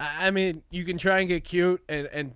i mean you can try and get cute and and